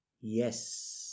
Yes